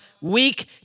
weak